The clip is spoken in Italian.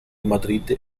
madrid